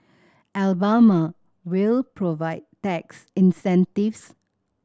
Alabama will provide tax incentives